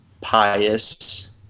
pious